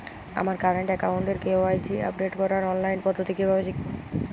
আমার কারেন্ট অ্যাকাউন্টের KYC update করার অনলাইন পদ্ধতি কীভাবে শিখব?